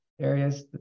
areas